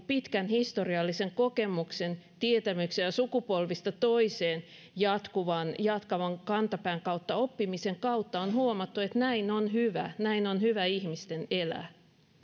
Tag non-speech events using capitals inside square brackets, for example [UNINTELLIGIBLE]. [UNINTELLIGIBLE] pitkän historiallisen kokemuksen tietämyksen ja sukupolvista toiseen jatkuvan kantapään kautta oppimisen kautta on huomattu että näin on hyvä näin on hyvä ihmisten elää